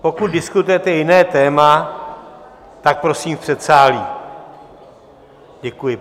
Pokud diskutujete jiné téma, tak prosím v předsálí, děkuji.